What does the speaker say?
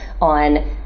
on